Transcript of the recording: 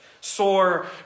Sore